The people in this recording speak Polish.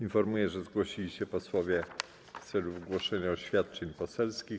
Informuję, że zgłosili się posłowie w celu wygłoszenia oświadczeń poselskich.